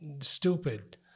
stupid